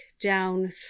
down